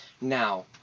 Now